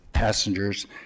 Passengers